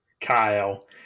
Kyle